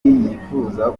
yifuza